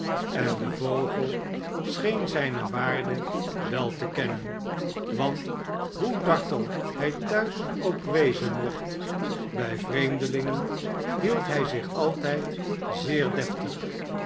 en de vogel scheen zijne waarde wel te kennen want hoe dartel hij thuis ook wezen mocht bij vreemdelingen hield hij zich altijd zeer deftig